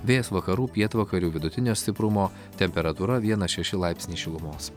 vėjas vakarų pietvakarių vidutinio stiprumo temperatūra vienas šeši laipsniai šilumos